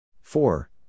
Four